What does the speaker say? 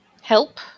help